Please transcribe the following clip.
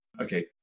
Okay